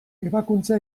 ebakuntza